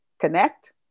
Connect